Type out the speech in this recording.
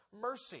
mercy